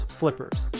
flippers